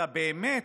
באמת,